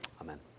amen